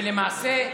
ולמעשה,